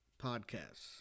podcasts